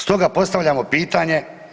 Stoga postavljamo pitanje.